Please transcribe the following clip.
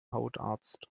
hautarzt